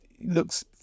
looks